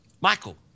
Michael